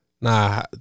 Nah